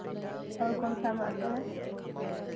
और कौन सब आता है